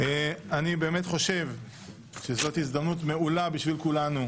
אני באמת חושב שזאת הזדמנות מעולה בשביל כולנו,